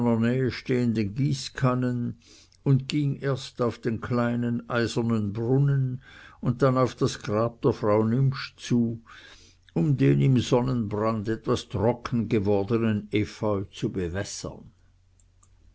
stehenden gießkannen und ging erst auf den kleinen eisernen brunnen und dann auf das grab der frau nimptsch zu um den im sonnenbrand etwas trocken gewordenen efeu zu bewässern